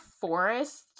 forest